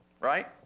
right